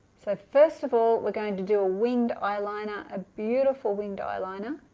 so first of all we're going to do a winged eyeliner a beautiful winged eyeliner